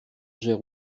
gère